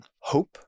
hope